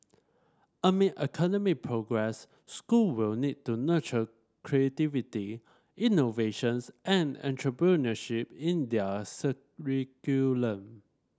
amid academic progress school will need to nurture creativity innovations and entrepreneurship in their